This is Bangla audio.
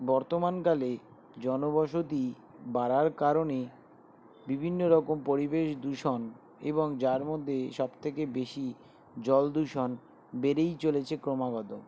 বর্তমানকালে জনবসতি বাড়ার কারণে বিভিন্ন রকম পরিবেশ দূষণ এবং যার মধ্যে সব থেকে বেশি জল দূষণ বেড়েই চলেছে ক্রমাগত